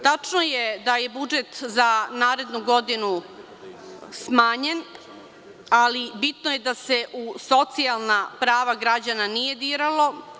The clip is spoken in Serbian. Tačno je da je budžet za narednu godinu smanjen, ali bitno je da se u socijalno prava građana nije diralo.